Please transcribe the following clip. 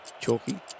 Chalky